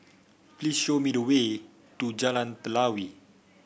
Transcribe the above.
please show me the way to Jalan Telawi